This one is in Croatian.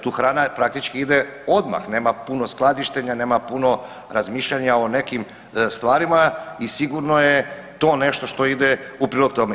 Tu hrana praktički ide odmah, nema puno skladištenja, nema puno razmišljanja o nekim stvarima i sigurno je to nešto što ide u prilog tome.